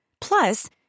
Plus